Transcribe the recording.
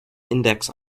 index